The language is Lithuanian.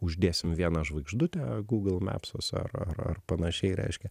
uždėsim vieną žvaigždutę google mepsuose ar ar ar panašiai reiškia